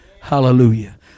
hallelujah